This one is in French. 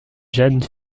jane